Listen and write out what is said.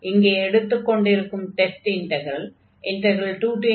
இங்கே எடுத்துக் கொண்டிருக்கும் "டெஸ்ட் இன்டக்ரல்" 21x2dx என்பதே ஆகும்